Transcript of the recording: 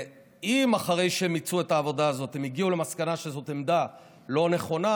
אם אחרי שהם מיצו את העבודה הזאת הם הגיעו למסקנה שזאת עמדה לא נכונה,